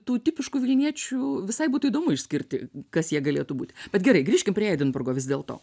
tų tipiškų vilniečių visai būtų įdomu išskirti kas jie galėtų būt bet gerai grįžkim prie edinburgo vis dėlto